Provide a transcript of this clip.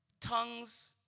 tongues